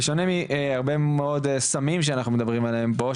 בשונה מהרבה מאוד סמים שאנחנו מדברים עליהם פה,